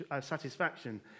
satisfaction